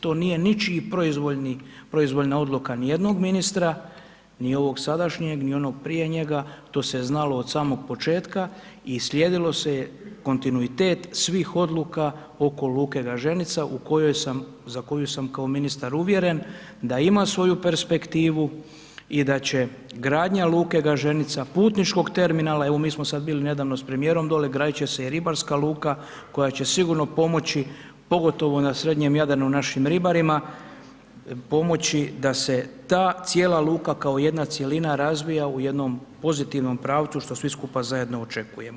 To nije ničiji proizvoljna odluka nijednog ministra, ni ovog sadašnjeg, ni onog prije njega, to se znalo od samog početka i slijedilo se kontinuitet svih odluka oko luke Gaženica u kojoj sam za koju sam kao ministar uvjeren da ima svoju perspektivu i da će gradnja luke Gaženica, putničkog terminala, evo mi smo sad bili nedavno s premijerom dolje, gradit će se i ribarska luka, koja će sigurno pomoći, pogotovo na srednjem Jadranu našim ribarima, pomoći da se ta cijela luka kao jedna cjelina razvija u jednom pozitivnom pravcu, što svi skupa zajedno očekujemo.